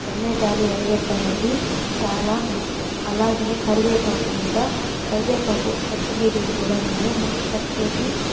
టమాటాలు ఎర్రగడ్లనేది చాలా ముఖ్యం అలాగని కరివేపాకును కూడా కరివేపాకు కొత్తిమీరను కూడా నేను ము కట్ చేసి